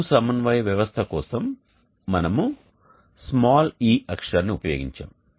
భూ సమన్వయ వ్యవస్థ కోసం మనం చిన్న e అక్షరాన్ని ఉపయోగించాం